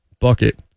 bucket